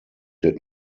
did